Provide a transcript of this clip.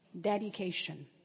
dedication